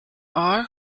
are